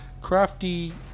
crafty